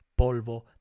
polvo